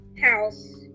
house